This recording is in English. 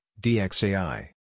DXAI